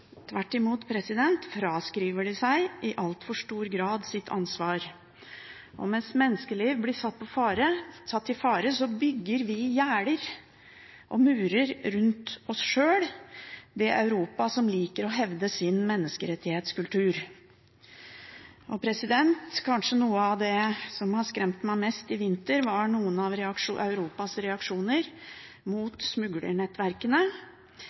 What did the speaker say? tvert imot fraskriver de seg i altfor stor grad sitt ansvar. Mens menneskeliv blir satt i fare, bygger vi gjerder og murer rundt oss sjøl – det Europa som liker å hevde sin menneskerettighetskultur. Noe av det som kanskje har skremt meg mest i vinter, er noen av Europas reaksjoner mot smuglernettverkene,